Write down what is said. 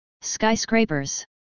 Skyscrapers